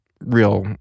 real